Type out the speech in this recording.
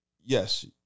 yes